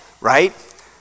right